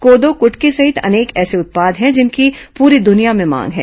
कोदो कुटकी सहित अनेक ऐसे उत्पाद है जिनकी पूरी दुनिया में मांग है